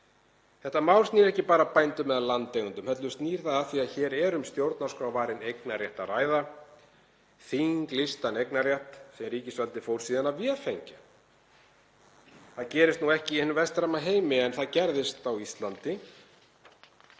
Þetta mál snýr ekki bara að bændum eða landeigendum heldur snýr það að því að hér er um stjórnarskrárvarinn eignarrétt að ræða, þinglýstan eignarrétt sem ríkisvaldið fór síðan að vefengja. Það gerist ekki í hinum vestræna heimi en það gerðist á Íslandi